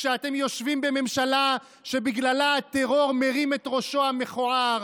כשאתם יושבים בממשלה שבגללה הטרור מרים את ראשו המכוער,